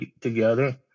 together